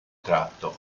tratto